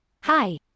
Hi